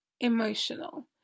emotional